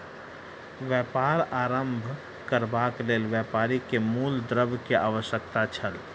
व्यापार आरम्भ करबाक लेल व्यापारी के मूल द्रव्य के आवश्यकता छल